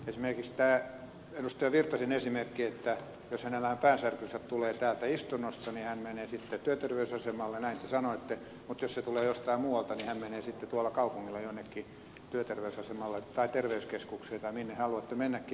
erkki virtasen esimerkki että jos hänen päänsärkynsä tulee täältä istunnosta niin hän menee sitten työterveysasemalle näin te sanoitte mutta jos se tulee jostain muualta niin hän menee sitten tuolla kaupungilla jonnekin terveyskeskukseen tai minne haluatte mennäkin